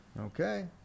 Okay